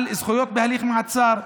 על זכויות בהליך מעצר,